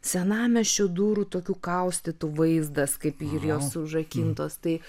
senamiesčio durų tokių kaustytų vaizdas kaip ir jos užrakintos tai